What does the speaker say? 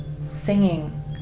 singing